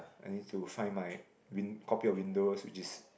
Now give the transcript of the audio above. I need to find my copy of windows which is